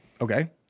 Okay